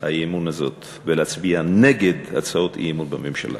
האי-אמון הזאת ולהצביע נגד הצעות האי-אמון בממשלה.